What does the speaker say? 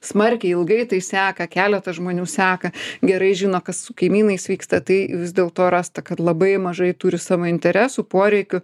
smarkiai ilgai tai seka keletą žmonių seka gerai žino kas su kaimynais vyksta tai vis dėlto rasta kad labai mažai turi savo interesų poreikių